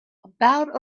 about